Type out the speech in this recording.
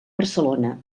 barcelona